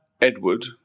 Edward